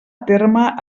terme